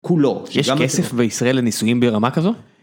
כולו יש כסף בישראל לניסויים ברמה כזו.